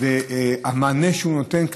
המענה שהוא נותן,